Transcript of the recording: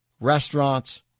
Restaurants